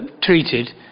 treated